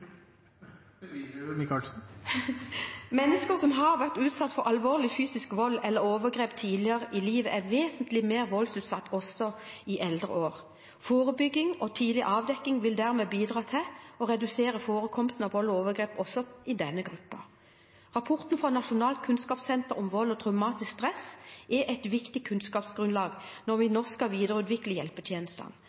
Mennesker som har vært utsatt for alvorlig fysisk vold eller overgrep tidligere i livet, er vesentlig mer voldsutsatt også i eldre år. Forebygging og tidlig avdekking vil dermed bidra til å redusere forekomsten av vold og overgrep også i denne gruppen. Rapporten fra Nasjonalt kunnskapssenter om vold og traumatisk stress er et viktig kunnskapsgrunnlag når vi nå skal videreutvikle hjelpetjenestene,